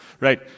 Right